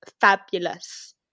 fabulous